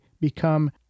become